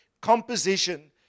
composition